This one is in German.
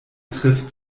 trifft